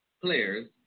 players